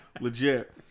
legit